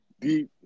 deep